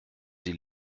sie